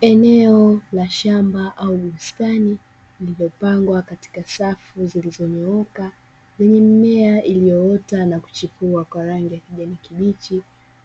Eneo la shamba au bustani, lililopangwa katika safu zilizonyooka, mimea iliyoota na kuchipua kwa rangi ya kijani kibichi,